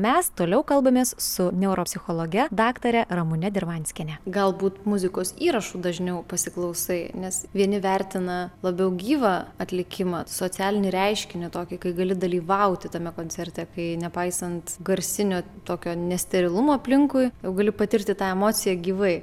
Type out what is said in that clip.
mes toliau kalbamės su neuropsichologe daktare ramune dirvanskiene galbūt muzikos įrašų dažniau pasiklausai nes vieni vertina labiau gyvą atlikimą socialinį reiškinį tokį kai gali dalyvauti tame koncerte kai nepaisant garsinio tokio nesterilumo aplinkui jau gali patirti tą emociją gyvai